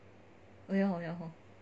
oh ya hor ya hor